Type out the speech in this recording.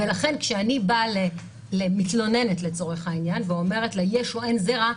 לכן כשאני באה למתלוננת ואומרת לה יש או אין זרע,